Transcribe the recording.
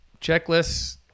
checklists